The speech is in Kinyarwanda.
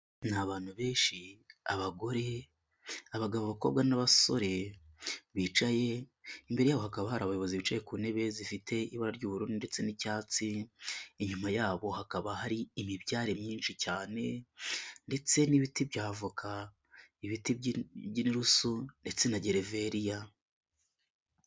Ni abantu benshi abagore, abagabo, abakobwa n'abasore bicaye, imbere yabo hakaba hari abayobozi bicaye ku ntebe zifite ibara ry'ubururu ndetse n'icyatsi, inyuma yabo hakaba hari imibyare myinshi cyane ndetse n'ibiti bya avoka, ibiti by'inturusu ndetse na gereveriya.